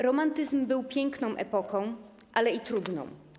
Romantyzm był piękną epoką, ale i trudną.